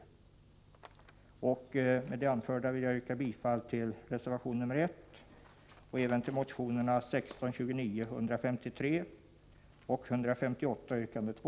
i Med det anförda vill jag yrka bifall till reservation 1 och även till motionerna 1629, 153 och 158 yrkande 2.